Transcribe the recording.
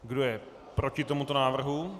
Kdo je proti tomuto návrhu?